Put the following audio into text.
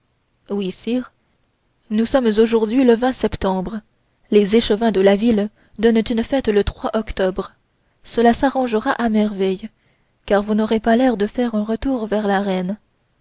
oui sire nous sommes aujourd'hui le septembre les échevins de la ville donnent une fête le octobre cela s'arrangera à merveille car vous n'aurez pas l'air de faire un retour vers la reine